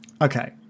Okay